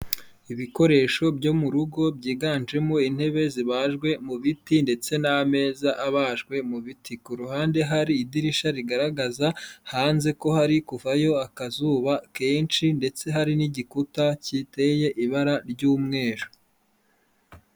Ibikoresho byo mu rugo byiganjemo intebe zibajwe mu biti ndetse n'ameza abajwe mu biti. Ku ruhande hari idirisha rigaragaza hanze ko hari kuvayo akazuba kenshi ndetse hari n'igikuta giteye ibara ry'umweru.